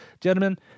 gentlemen